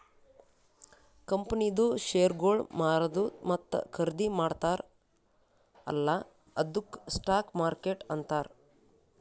ಕಂಪನಿದು ಶೇರ್ಗೊಳ್ ಮಾರದು ಮತ್ತ ಖರ್ದಿ ಮಾಡ್ತಾರ ಅಲ್ಲಾ ಅದ್ದುಕ್ ಸ್ಟಾಕ್ ಮಾರ್ಕೆಟ್ ಅಂತಾರ್